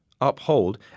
uphold